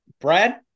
Brad